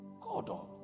God